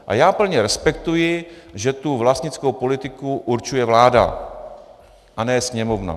A já plně respektuji, že vlastnickou politiku určuje vláda a ne Sněmovna.